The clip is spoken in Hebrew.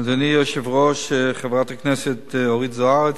אדוני היושב-ראש, חברת הכנסת אורית זוארץ,